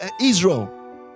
Israel